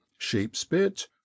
Sheepspit